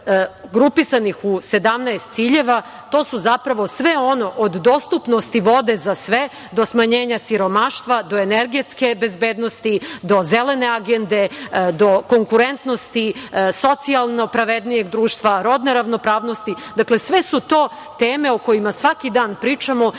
Grupisani u 17 ciljeva to su zapravo sve ono od dostupnosti vode za sve do smanjenja siromaštva, do energetske bezbednosti, do zelene agende, do konkurentnosti, socijalno pravednije društva, rodne ravnopravnosti. Dakle, sve su to teme o kojima svaki dan pričamo i